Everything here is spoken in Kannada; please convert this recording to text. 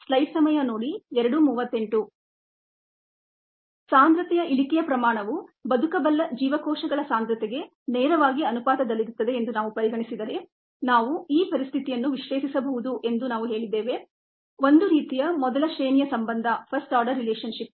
ಡೇಕ್ರೀಸ್ ಇನ್ ಕಾನ್ಸಂಟ್ರೇಶನ್ ಬದುಕಬಲ್ಲ ಜೀವಕೋಶಗಳ ಕಾನ್ಸಂಟ್ರೇಶನ್ಗೆ ನೇರವಾಗಿ ಅನುಪಾತದಲ್ಲಿರುತ್ತದೆ ಎಂದು ನಾವು ಪರಿಗಣಿಸಿದರೆ ನಾವು ಈ ಪರಿಸ್ಥಿತಿಯನ್ನು ವಿಶ್ಲೇಷಿಸಬಹುದು ಎಂದು ನಾವು ಹೇಳಿದ್ದೇವೆಒಂದು ರೀತಿಯ ಫಸ್ಟ್ ಆರ್ಡರ್ ರೇಲಷನ್ಶಿಪ್